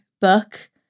book